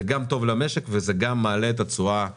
זה גם טוב למשק וזה גם מעלה את התשואה ליזמים.